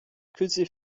küsse